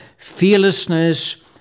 Fearlessness